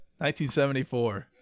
1974